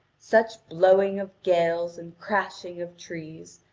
such blowing of gales and crashing of trees,